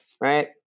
right